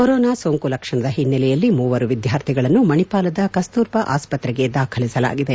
corona ಸೋಂಕು ಲಕ್ಷಣದ ಓನ್ನೆಲೆಯಲ್ಲಿ ಮೂವರು ಎದ್ದಾರ್ಥಿಗಳನ್ನು ಮಣಿಪಾಲದ ಕಸ್ತೂರಬಾ ಆಸ್ತ್ರೆಗೆ ದಾಖಲಿಸಲಾಗಿದೆ